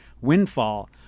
windfall